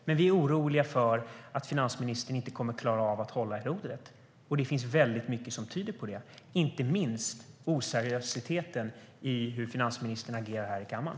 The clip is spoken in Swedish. Men vi är oroliga för att finansministern inte kommer att klara av att hålla i rodret, och det finns väldigt mycket som tyder på det, inte minst oseriositeten i finansministerns agerande här i kammaren.